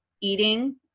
eating